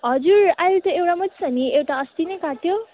हजुर अहिले त एउटा मात्रै छ नि एउटा अस्ति नै काट्यो